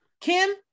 Kim